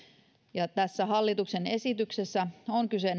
ja tässä hallituksen esityksessä on kyse